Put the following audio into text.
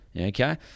okay